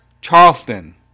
Charleston